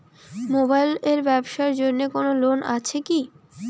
Mobile এর ব্যাবসার জন্য কোন লোন আছে কি?